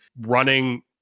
running